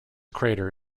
crater